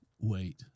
Wait